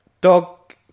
dog